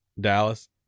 Dallas